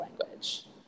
language